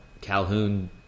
Calhoun